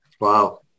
wow